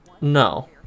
No